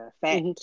fact